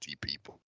people